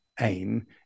aim